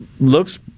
looks